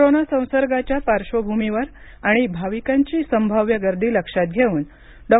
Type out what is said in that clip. कोरोनाच्या संसर्गाचा पार्श्वभूमीवर आणि भाविकांची संभाव्य गर्दी लक्षात घेऊन डॉ